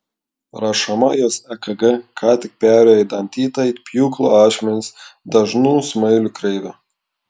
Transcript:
rašoma jos ekg ką tik perėjo į dantytą it pjūklo ašmenys dažnų smailių kreivę